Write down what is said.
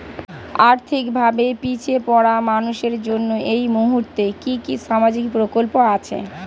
আর্থিক ভাবে পিছিয়ে পড়া মানুষের জন্য এই মুহূর্তে কি কি সামাজিক প্রকল্প আছে?